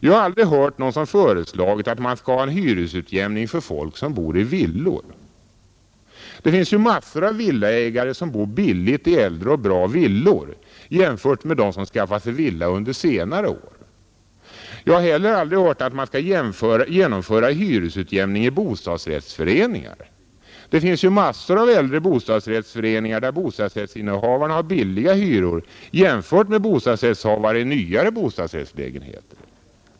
Jag har aldrig hört någon som föreslagit att man skall ha en hyresutjämning för folk som bor i villor. Det finns ju massor av villaägare som bor billigt i äldre och bra villor jämfört med dem som skaffat villa under senare år. Jag har heller aldrig hört att man skall genomföra hyresutjämning i bostadsrättsföreningar. Det finns ju massor av äldre bostadsrättsföreningar, där bostadsrättsinnehavarna har billiga hyror jämfört med bostadsrättshavare i nyare bostadsrättslägenheter.